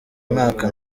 mwaka